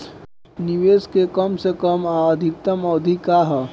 निवेश के कम से कम आ अधिकतम अवधि का है?